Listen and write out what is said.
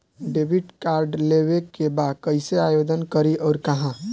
Debit card लेवे के बा कइसे आवेदन करी अउर कहाँ?